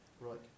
right